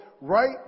Right